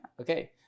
Okay